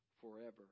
Forever